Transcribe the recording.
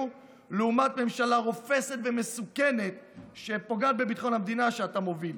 לעומת ממשלה רופסת ומסוכנת שפוגעת בביטחון המדינה שאתה מוביל.